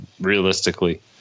realistically